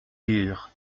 dur